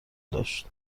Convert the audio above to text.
داشت